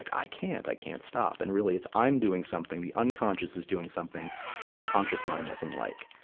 like i can't. i can't stop. and really, it's, i'm doing something, the unconscious is doing something that your conscious mind doesn't like.